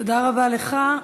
תודה רבה לך.